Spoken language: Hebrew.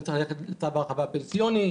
הוא צריך ללכת לצו ההרחבה הפנסיוני,